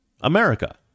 America